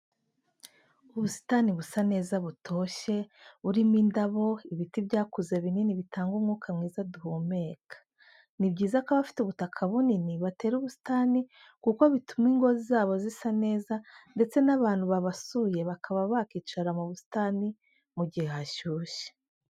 Ubusitani busa neza butoshye, burimo indabo, ibiti byakuze binini bitanga umwuka mwiza duhumeka. Ni byiza ko abafite ubutaka bunini batera ubusitani kuko bituma ingo zabo zisa neza ndetse n'abantu babasuye bakaba bakicara mu busitani mu gihe hashyushye.